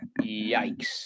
Yikes